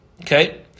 Okay